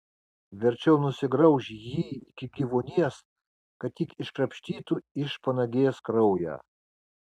verčiau nusigrauš jį iki gyvuonies kad tik iškrapštytų iš panagės kraują